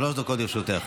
שלוש דקות לרשותך.